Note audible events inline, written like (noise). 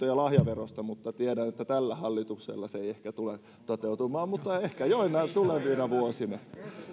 (unintelligible) ja lahjaverosta mutta tiedän että tällä hallituksella se ei ehkä tule toteutumaan mutta ehkä joinain tulevina vuosina